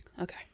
Okay